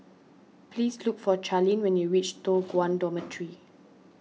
please look for Charline when you reach Toh Guan Dormitory